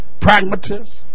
pragmatist